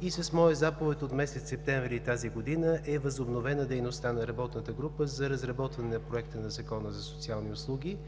и с моя заповед от месец септември 2017 г. дейността на Работната група за разработване на Законопроекта за социални услуги